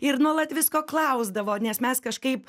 ir nuolat visko klausdavo nes mes kažkaip